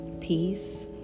peace